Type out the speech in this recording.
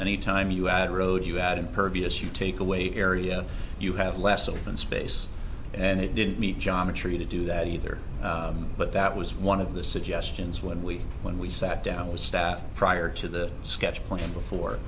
any time you add road you out impervious you take away area you have less open space and it didn't meet john a tree to do that either but that was one of the suggestions when we when we sat down with staff prior to the sketch plan before